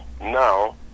now